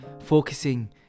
focusing